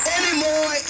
anymore